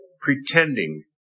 pretending